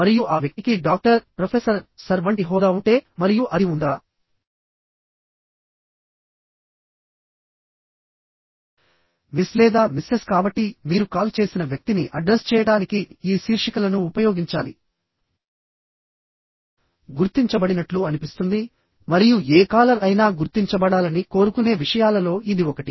మరియు ఆ వ్యక్తికి డాక్టర్ ప్రొఫెసర్ సర్ వంటి హోదా ఉంటే మరియు అది ఉందా మిస్ లేదా మిస్ఎస్ కాబట్టి మీరు కాల్ చేసిన వ్యక్తిని అడ్రస్ చేయడానికి ఈ శీర్షికలను ఉపయోగించాలి గుర్తించబడినట్లు అనిపిస్తుంది మరియు ఏ కాలర్ అయినా గుర్తించబడాలని కోరుకునే విషయాలలో ఇది ఒకటి